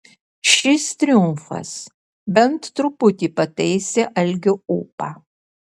šis triumfas bent truputį pataisė algio ūpą